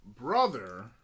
brother